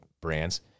brands